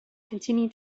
continue